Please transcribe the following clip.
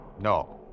No